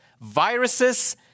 viruses